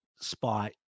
spot